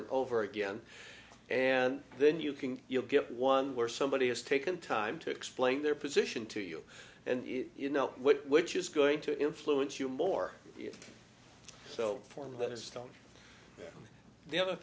and over again and then you can you know get one where somebody has taken time to explain their position to you and you know which is going to influence you more so four letters on the other